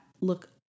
look